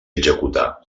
executar